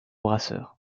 brasseur